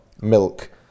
milk